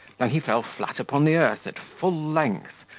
than he fell flat upon the earth at full length,